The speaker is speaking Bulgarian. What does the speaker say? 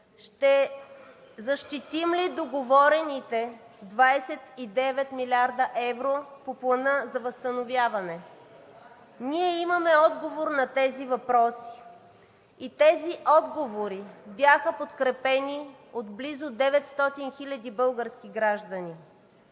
ще защитим ли договорените 29 млрд. евро по Плана за възстановяване? Ние имаме отговор на тези въпроси и тези отговори бяха подкрепени от близо 900 хиляди български граждани.